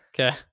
okay